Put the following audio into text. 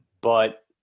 but-